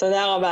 תודה רבה.